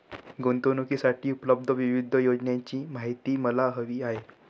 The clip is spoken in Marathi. गुंतवणूकीसाठी उपलब्ध विविध योजनांची माहिती मला हवी आहे